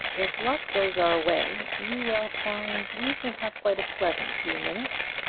if luck goes our way you will find we shall have quite a pleasant few minutes.